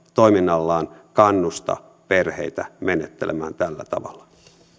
toiminnallaan kannusta perheitä menettelemään tällä tavalla